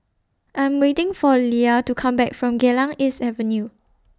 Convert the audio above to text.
I'm waiting For Leia to Come Back from Geylang East Avenue